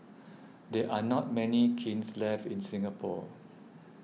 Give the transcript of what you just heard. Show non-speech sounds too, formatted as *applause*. *noise* there are not many kilns left in Singapore